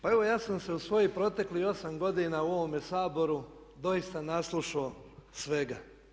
Pa evo ja sam se u svojih proteklih 8 godina u ovome Saboru doista naslušao svega.